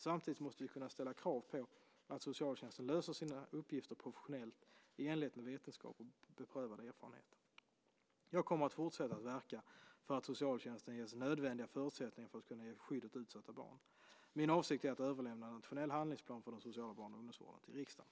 Samtidigt måste vi kunna ställa krav på att socialtjänsten löser sina uppgifter professionellt i enlighet med vetenskap och beprövad erfarenhet. Jag kommer att fortsätta att verka för att socialtjänsten ges nödvändiga förutsättningar för att kunna ge skydd åt utsatta barn. Min avsikt är att överlämna en nationell handlingsplan för den sociala barn och ungdomsvården till riksdagen.